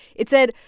it said,